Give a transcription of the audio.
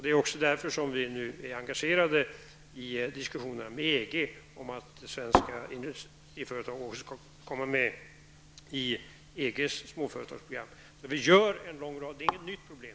Det är också därför som vi är engagerade i diskussionerna med EG om att svenska företag får komma med i EGs småföretagsprogram. Så vi gör en hel del. Det här är inget nytt problem.